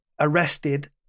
arrested